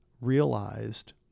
realized